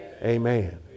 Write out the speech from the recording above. Amen